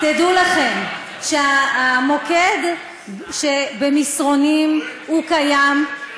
תדעו לכם שהמוקד במסרונים קיים.